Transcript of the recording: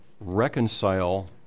reconcile